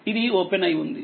ఇదిఓపెన్ అయి ఉంది